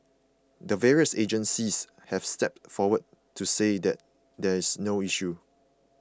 the various agencies have stepped forward to say that there's no issue